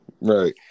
Right